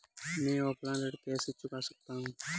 मैं ऑफलाइन ऋण कैसे चुका सकता हूँ?